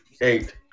eight